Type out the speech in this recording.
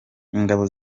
ingabo